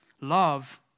Love